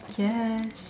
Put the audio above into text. yes